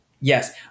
yes